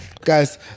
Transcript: Guys